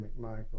McMichael